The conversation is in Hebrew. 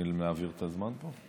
צריכים להעביר את הזמן פה?